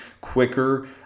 quicker